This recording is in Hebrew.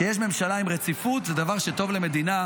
כשיש ממשלה עם רציפות זה דבר טוב למדינה,